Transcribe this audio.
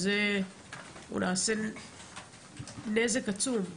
וזה יעשה נזק עצום.